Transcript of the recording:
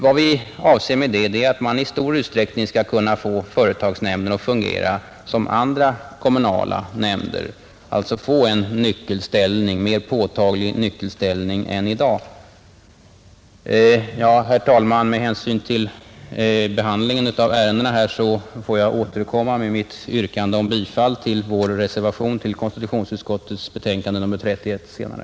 Vad vi avser med det är att man i stor utsträckning skall kunna få företagsnämnden att fungera som andra kommunala nämnder, alltså få en mer påtaglig nyckelställning än i dag. Herr talman! Med hänsyn till den uppdelade behandlingen av ärendena får jag återkomma med mitt yrkande om bifall till vår reservation till konstitutionsutskottets betänkande nr 31 senare.